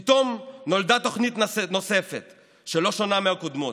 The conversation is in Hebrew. פתאום נולדה תוכנית נוספת שלא שונה מהקודמות,